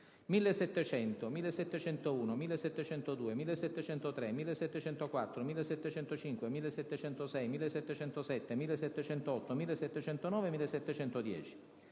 1.700, 1.701, 1.702, 1.703, 1.704, 1.705, 1.706, 1.707, 1.708, 1.709 e 1.710.